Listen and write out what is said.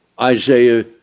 Isaiah